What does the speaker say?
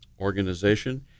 Organization